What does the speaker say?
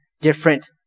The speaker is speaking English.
different